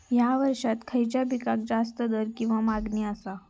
हया वर्सात खइच्या पिकाक जास्त दर किंवा मागणी आसा?